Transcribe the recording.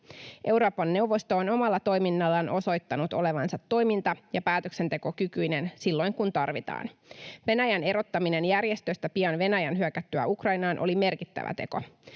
Euroopan neuvosto on omalla toiminnallaan osoittanut olevansa toiminta- ja päätöksentekokykyinen silloin kun tarvitaan. Venäjän erottaminen järjestöstä pian Venäjän hyökättyä Ukrainaan oli merkittävä teko.